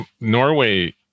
norway